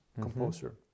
composer